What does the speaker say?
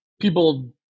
people